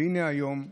והינה היום המשכנו,